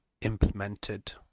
implemented